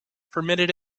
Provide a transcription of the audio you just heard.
permitted